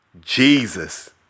Jesus